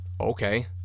Okay